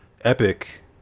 Epic